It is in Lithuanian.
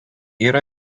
yra